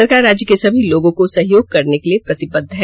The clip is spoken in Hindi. सरकार राज्य के सभी लोगों को सहयोग करने के लिए प्रतिबद्ध है